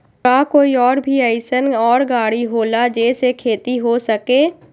का कोई और भी अइसन और गाड़ी होला जे से खेती हो सके?